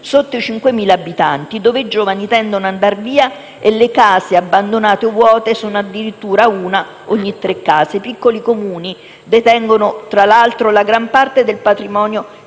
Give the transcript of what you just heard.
sotto i 5.000 abitanti, da cui i giovani tendono ad andare via e le case abbandonate o vuote sono addirittura una ogni tre. I piccoli Comuni detengono, tra l'altro, la gran parte del patrimonio